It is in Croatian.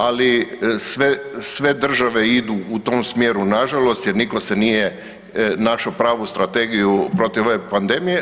Ali sve države idu u tom smjeru na žalost, jer nitko se nije našao pravu strategiju protiv ove pandemije.